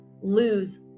lose